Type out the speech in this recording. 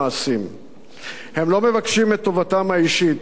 הם לא מבקשים את טובתם האישית אלא את טובת המדינה,